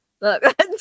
look